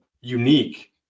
unique